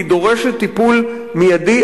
והיא דורשת טיפול מיידי,